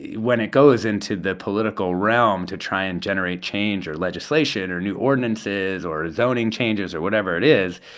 when it goes into the political realm to try and generate change or legislation or new ordinances or zoning changes or whatever it is,